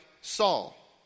Saul